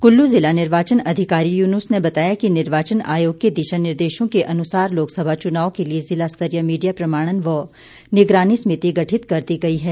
कुल्लू जिला निर्वाचन अधिकारी युनूस ने बताया कि निर्वाचन आयोग के दिशा निर्देशों के अनुसार लोकसभा चुनाव के लिए जिला स्तरीय मीडिया प्रमाणन व निगरानी समिति गठित कर दी गई है